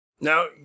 Now